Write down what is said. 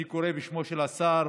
אני קורא בשמו של השר,